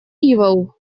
ивел